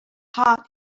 heart